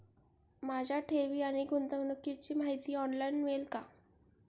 माझ्या ठेवी आणि गुंतवणुकीची माहिती ऑनलाइन मिळेल का?